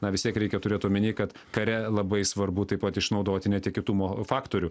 na vis tiek reikia turėt omeny kad kare labai svarbu taip pat išnaudoti netikėtumo faktorių